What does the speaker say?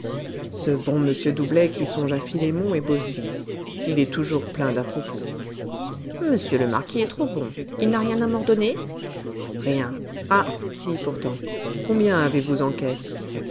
ce bon m doublet qui songe à philémon et baucis il est toujours plein d'à-propos monsieur le marquis est trop bon il n'a rien à m'ordonner rien ah si pourtant combien avez-vous en caisse